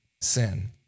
sin